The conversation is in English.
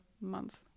month